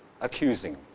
accusing